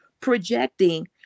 projecting